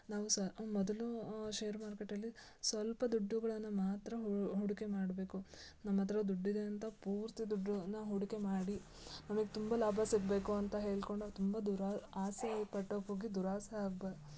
ನಾವು ಸಹ ಮೊದಲೂ ಶೇರು ಮಾರುಕಟ್ಟೆಯಲ್ಲಿ ಸ್ವಲ್ಪ ದುಡ್ಡುಗಳನ್ನು ಮಾತ್ರ ಹೂಡಿಕೆ ಮಾಡಬೇಕು ನಮ್ಮಹತ್ರ ದುಡ್ಡಿದೆ ಅಂತ ಪೂರ್ತಿ ದುಡ್ಡನ್ನು ಹೂಡಿಕೆ ಮಾಡಿ ನಮಗೆ ತುಂಬ ಲಾಭ ಸಿಗಬೇಕು ಅಂತ ಹೇಳಿಕೊಂಡು ತುಂಬ ದೂರ ಆಸೆ ಪಟ್ಟೋಕೆ ಹೋಗಿ ದುರಾಸೆ ಆಗ್ಬಾರ್ದು